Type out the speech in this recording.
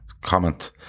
Comment